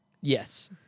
Yes